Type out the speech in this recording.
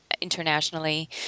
internationally